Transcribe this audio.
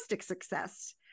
success